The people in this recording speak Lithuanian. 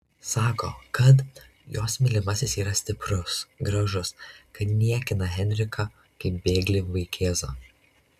sako kad jos mylimasis yra stiprus gražus kad niekina henriką kaip bėglį vaikėzą